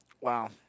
Wow